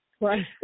Right